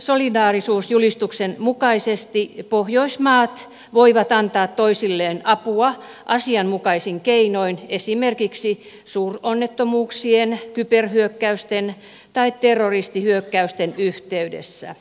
solidaarisuusjulistuksen mukaisesti pohjoismaat voivat antaa toisilleen apua asianmukaisin keinoin esimerkiksi suuronnettomuuksien kyberhyökkäysten tai terroristihyökkäysten yhteydessä